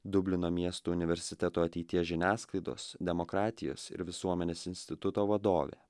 dublino miesto universiteto ateities žiniasklaidos demokratijos ir visuomenės instituto vadovė